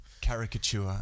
caricature